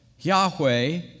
Yahweh